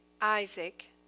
Isaac